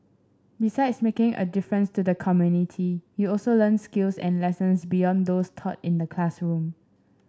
besides making a difference to the community you also learn skills and lessons beyond those taught in the classroom